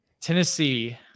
Tennessee